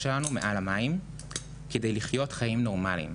שלנו מעל המים כדי לחיות חיים נורמאליים.